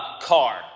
car